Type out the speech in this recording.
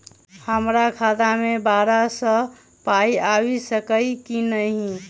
हमरा खाता मे बाहर सऽ पाई आबि सकइय की नहि?